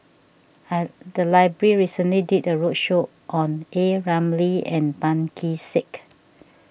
I the library recently did a roadshow on A Ramli and Tan Kee Sek